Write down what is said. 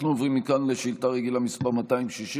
מכאן אנחנו עוברים לשאילתה רגילה מס' 260,